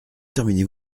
terminez